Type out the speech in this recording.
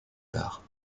parte